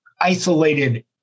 isolated